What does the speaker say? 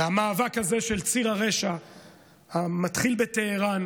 והמאבק הזה של ציר הרשע מתחיל בטהראן,